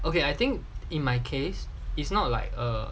okay I think in my case is not like err